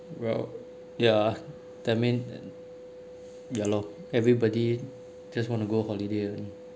well ya that mean ya loh everybody just want to go holiday